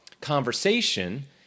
conversation